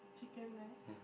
chicken rice